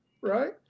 right